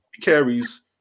carries